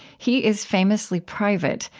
he is famously private,